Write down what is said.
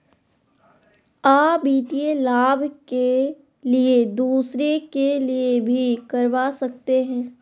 आ वित्तीय लाभ के लिए दूसरे के लिए भी करवा सकते हैं?